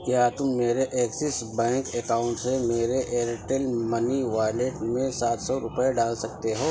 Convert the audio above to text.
کیا تم میرے ایکسس بینک اکاؤنٹ سے میرے ایئرٹیل منی والیٹ میں سات سو روپئے ڈال سکتے ہو